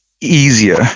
easier